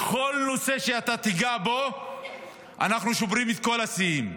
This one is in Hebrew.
בכל נושא שאתה תיגע בו אנחנו שוברים את כל השיאים: